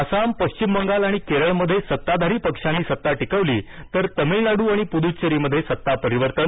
आसाम पश्चिम बंगाल आणि केरळमधे सत्ताधारी पक्षांनी सत्ता टिकवली तर तमिळनाडू आणि पुदुच्चेरीमधे सत्ता परिवर्तन